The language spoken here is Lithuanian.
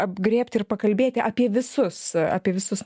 apgrėbti ir pakalbėti apie visus apie visus